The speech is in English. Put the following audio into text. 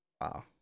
wow